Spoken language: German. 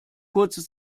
kurze